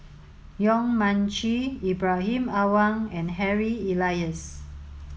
Yong Mun Chee Ibrahim Awang and Harry Elias